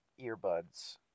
earbuds